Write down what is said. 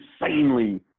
insanely